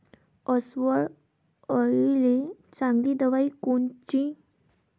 अस्वल अळीले चांगली दवाई कोनची?